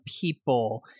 people